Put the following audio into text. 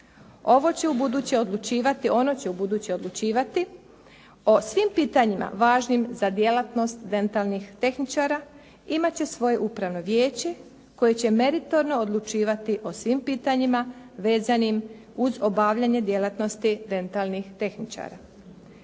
stomatološkoj komori. Ono će u buduće odlučivati o svim pitanjima važnim za djelatnost dentalnih tehničara, imat će svoje upravno vijeće koje će meritorno odlučivati o svim pitanjima vezanim uz obavljanje djelatnosti dentalnih tehničara.